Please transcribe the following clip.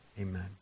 amen